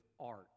art